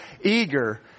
eager